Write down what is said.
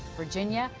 virginia,